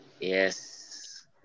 Yes